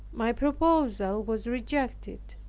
my proposal was rejected.